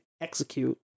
execute